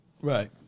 Right